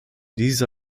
diese